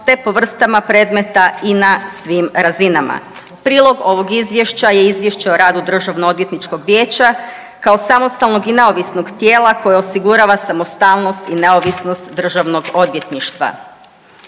te po vrstama predmeta i na svim razinama. Prilog ovog izvješća je izvješće o radu Državno odvjetničkog vijeća kao samostalnog i neovisnog tijela koje osigurava samostalnost i neovisnost državnog odvjetništva.